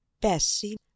Bessie